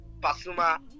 Pasuma